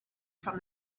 from